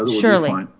ah surely.